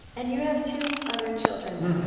and you have two other children